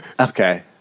Okay